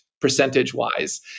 percentage-wise